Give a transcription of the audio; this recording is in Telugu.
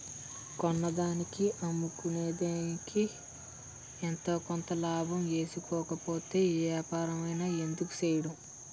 కొన్నదానికి అమ్ముకునేదికి ఎంతో కొంత లాభం ఏసుకోకపోతే ఏ ఏపారమైన ఎందుకు సెయ్యడం?